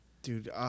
Dude